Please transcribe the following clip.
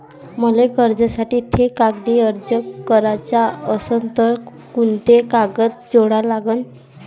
मले कर्जासाठी थे कागदी अर्ज कराचा असन तर कुंते कागद जोडा लागन?